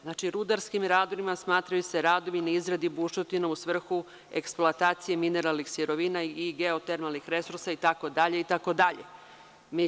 Znači, rudarskim radovima smatraju se radovi na izradi bušotina u svrhu eksploatacije mineralnih sirovina i geotermalnih resursa i tako dalje.